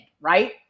right